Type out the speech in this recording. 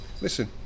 Listen